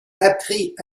apprit